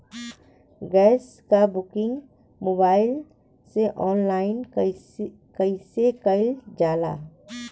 Gas क booking mobile से online कईसे कईल जाला?